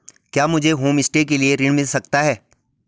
क्या मुझे होमस्टे के लिए ऋण मिल सकता है?